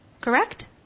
Correct